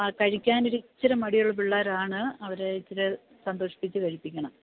ആ കഴിക്കാനൊരിത്തിരി മടിയുള്ള പിള്ളാരാണ് അവരെ ഇത്തിരി സന്തോഷിപ്പിച്ച് കഴിപ്പിക്കണം